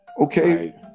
Okay